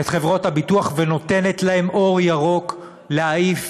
את חברות הביטוח ונותנת להן אור ירוק להעיף